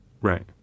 Right